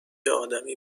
آدمی